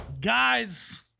guys